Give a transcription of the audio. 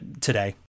today